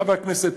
חברי הכנסת,